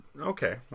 Okay